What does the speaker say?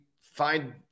find